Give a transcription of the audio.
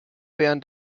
während